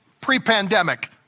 pre-pandemic